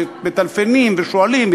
מטלפנים ושואלים,